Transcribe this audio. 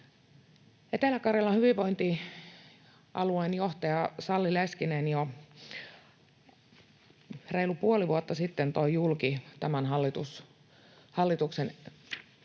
Etelä-Karjalan hyvinvointialueen johtaja Sally Leskinen jo reilu puoli vuotta sitten toi julki tämän hallituksen